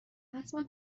حتما